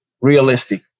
realistic